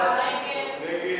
30 בעד, 15 מתנגדים.